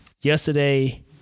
yesterday